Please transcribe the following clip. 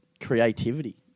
creativity